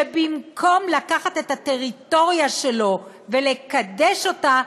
שבמקום לקחת את הטריטוריה שלו ולקדש אותה,